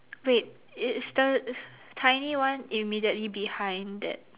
wait is the tiny one immediately behind that